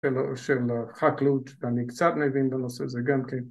‫של ה, של החקלאות, ‫ואני קצת מבין בנושא הזה גם כן.